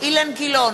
אילן גילאון,